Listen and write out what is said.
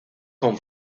con